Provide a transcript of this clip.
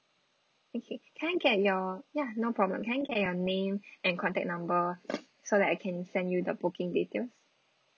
okay can I get your ya no problem can I get your name and contact number so that I can send you the booking details